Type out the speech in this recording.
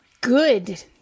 Good